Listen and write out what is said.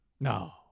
No